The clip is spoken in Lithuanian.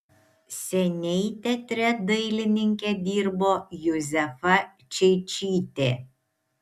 seniai teatre dailininke dirbo juzefa čeičytė